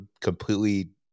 completely